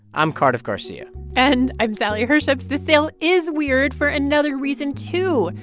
i'm cardiff garcia and i'm sally herships. this sale is weird for another reason, too,